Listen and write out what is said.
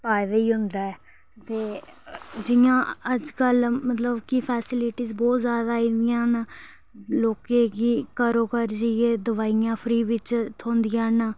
पाए दा ही हुंदा ऐ ते जि'यां अज्ज कल्ल मतलब कि फैसिलिटीज़ बहुत ज्यादा आई गेदियां न लोकें गी घरो घर जाइयै दवाइयां फ्री इच थ्होंदियां न